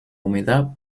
humedad